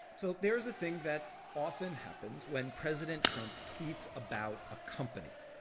so there is a thing that often happens when president trump tweets about a company.